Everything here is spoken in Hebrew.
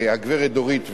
הגברת דורית ואג.